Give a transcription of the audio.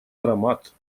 аромат